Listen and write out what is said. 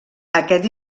aquest